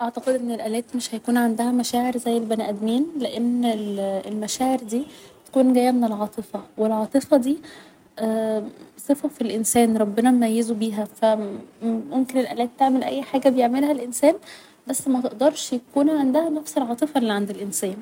اعتقد ان الالات مش هيكون عندها مشاعر زي البني ادمين لان المشاعر دي بتكون جاية من العاطفة و العاطفة دي صفة في الإنسان ربنا مميزه بيها ف ممكن الالات تعمل اي حاجة بيعملها الإنسان بس متقدرش يكون عندها نفس العاطفة اللي عند الإنسان